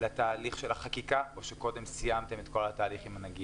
לתהליך של החקיקה או שקודם סיימתם את כל התהליך עם הנגיד?